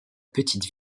petite